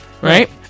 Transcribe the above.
right